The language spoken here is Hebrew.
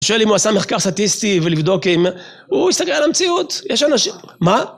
שואל אם הוא עשה מחקר סטטיסטי ולבדוק אם הוא יסתכל על המציאות, יש אנשים... מה?